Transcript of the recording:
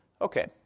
Okay